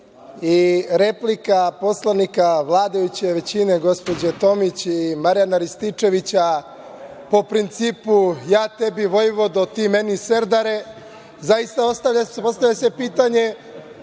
i replika poslanika vladajuće većine, gospođe Tomić i Marijana Rističevića, po principu – ja tebi vojvodo, ti meni serdare, postavlja se pitanje